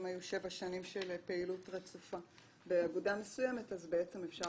אם היו שבע שנים של פעילות רצופה באגודה מסוימת אז בעצם אפשר